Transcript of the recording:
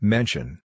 Mention